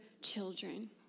children